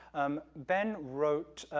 um, ben wrote,